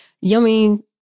yummy